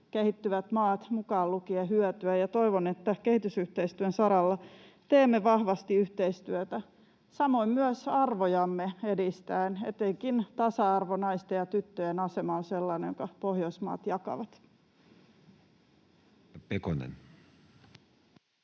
kehittyvät maat mukaan lukien, hyötyä, ja toivon, että kehitysyhteistyön saralla teemme vahvasti yhteistyötä. Samoin myös arvojamme edistäen: etenkin tasa-arvo, naisten ja tyttöjen asema on sellainen, jonka Pohjoismaat jakavat.